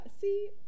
see